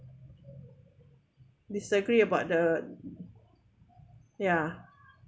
disagree about the ya